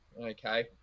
okay